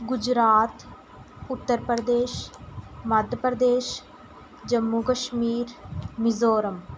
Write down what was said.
Gujarat Uttar Pradesh Madhya Pradesh Jammu Kashmir Mizoram